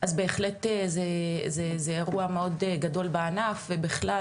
אז בהחלט זה אירוע מאוד גדול בענף ובכלל,